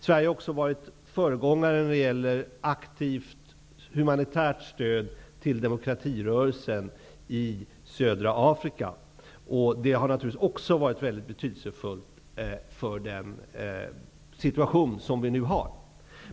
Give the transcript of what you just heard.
Sverige har också varit föregångare när det gäller aktivt humanitärt stöd till demokratirörelsen i södra Afrika. Också det har naturligtvis varit mycket betydelsefullt för den situation som vi nu har.